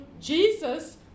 Jesus